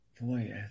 Boy